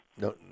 No